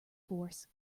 force